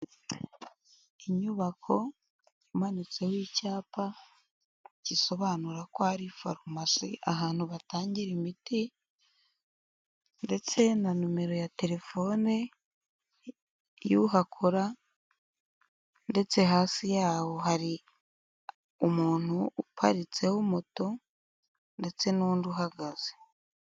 Inyubako imanitseho icyapa gisobanura ko ari farumasi, ahantu batangira imiti ndetse na nimero ya telefone y'uhakora, ndetse hasi yawo hari umuntu uparitseho moto, ndetse n'undi uhagaze.